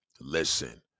Listen